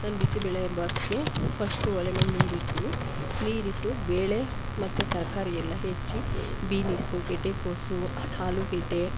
ನಾನು ಬಿಸಿಬೇಳೆಬಾತ್ಗೆ ಫಸ್ಟು ಒಲೆ ಮೇಲೆ ನೀರಿಡ್ತೀನಿ ನೀರಿಟ್ಟು ಬೇಳೆ ಮತ್ತೆ ತರಕಾರಿ ಎಲ್ಲ ಹೆಚ್ಚಿ ಬೀನಿಸು ಗೆಡ್ಡೆಕೋಸು ಆಲೂಗೆಡ್ಡೆ